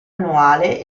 annuale